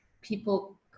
people